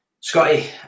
Scotty